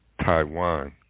Taiwan